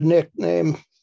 nickname